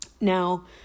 Now